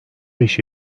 beş